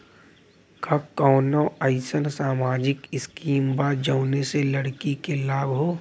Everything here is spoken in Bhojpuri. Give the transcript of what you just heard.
का कौनौ अईसन सामाजिक स्किम बा जौने से लड़की के लाभ हो?